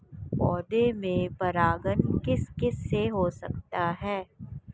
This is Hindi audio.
पौधों में परागण किस किससे हो सकता है?